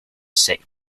sick